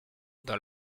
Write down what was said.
dans